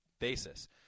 basis